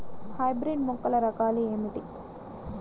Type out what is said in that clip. Hybrid మొక్కల రకాలు ఏమిటి?